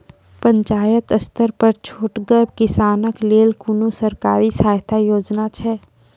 पंचायत स्तर पर छोटगर किसानक लेल कुनू सरकारी सहायता योजना छै?